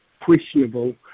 questionable